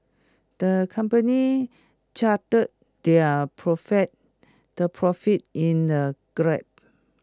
the company charted their profits the profits in A graph